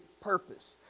purpose